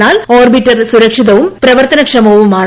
എന്നാൽ ഓർബിറ്റർ സുരക്ഷിതവും പ്രവർത്തനക്ഷമവുമാണ്